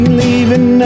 leaving